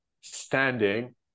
standing